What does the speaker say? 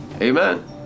Amen